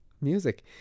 music